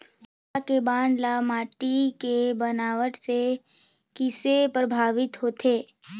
पौधा के बाढ़ ल माटी के बनावट से किसे प्रभावित होथे?